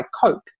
cope